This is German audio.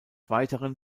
weiteren